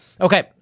Okay